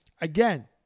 Again